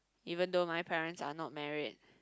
even though my parents are not married